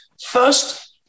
First